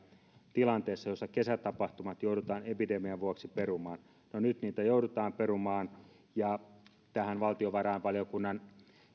tilanteessa jossa kesätapahtumat joudutaan epidemian vuoksi perumaan no nyt niitä joudutaan perumaan ja tähän valtiovarainvaliokunnan